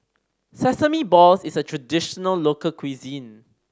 sesame balls is a traditional local cuisine